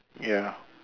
ya